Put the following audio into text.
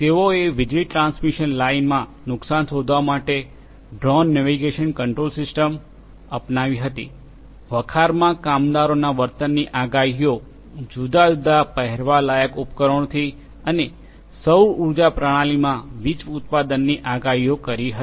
તેઓએ વીજળી ટ્રાન્સમિશન લાઇનમાં નુકસાન શોધવા માટે ડ્રોન નેવિગેશન કંટ્રોલ સિસ્ટમ અપનાવી હતી વખારમાં કામદારોના વર્તનની આગાહીઓ જુદા જુદા પહેરવાલાયક ઉપકરણોથી અને સૌર ઉર્જા પ્રણાલીમાં વીજ ઉત્પાદનની આગાહીઓ કરી હતી